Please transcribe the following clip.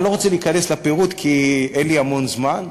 אני לא רוצה להיכנס לפירוט, כי אין לי המון זמן.